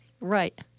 Right